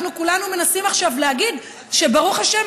אנחנו כולנו מנסים עכשיו להגיד שברוך השם,